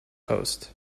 host